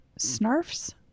Snarf's